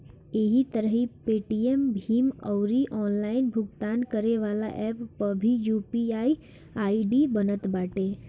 एही तरही पेटीएम, भीम अउरी ऑनलाइन भुगतान करेवाला एप्प पअ भी यू.पी.आई आई.डी बनत बाटे